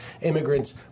Immigrants